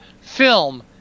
film